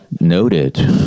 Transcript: Noted